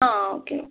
ആ ആ ഓക്കെ